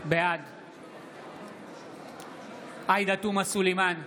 בעד עאידה תומא סלימאן,